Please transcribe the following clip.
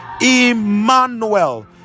emmanuel